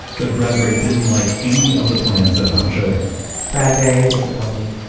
but bradbury didn't like any of the plans that hunt showed him bradbury disappointed,